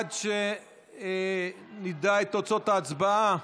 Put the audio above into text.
עד שנדע את תוצאות ההצבעה,